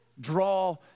Draw